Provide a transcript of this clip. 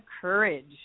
courage